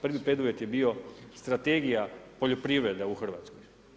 Prvi preduvjet je bio strategija poljoprivrede u Hrvatskoj.